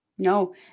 No